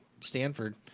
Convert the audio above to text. Stanford